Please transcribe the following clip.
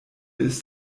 ist